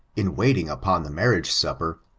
in waiting upon the marriage supper,